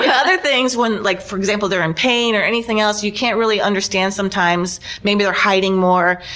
other things, when like for example, they're in pain or anything else, you can't really understand sometimes, maybe they're hiding more.